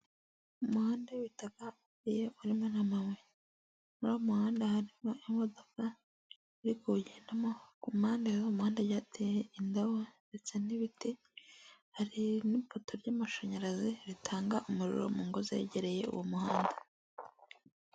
Umuhanda w'ibitaka iyo urimo n'amabuye. Uriya muhanda harimo imodoka iri kuwugendamo, ku mpande z'uwo muhanda hateye indabo, ndetse n'ibiti, hari n'ipoto ry'amashanyarazi ritanga umuriro mu ngo zegereye uwo muhanda.